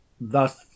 Thus